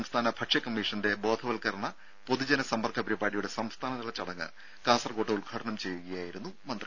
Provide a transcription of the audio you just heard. സംസ്ഥാന ഭക്ഷ്യകമ്മീഷന്റെ ബോധവത്കരണ പൊതുജനസമ്പർക്ക പരിപാടിയുടെ സംസ്ഥാനതല ചടങ്ങ് കാസർക്കോട്ട് ഉദ്ഘാടനം ചെയ്യുകയായിരുന്നു മന്ത്രി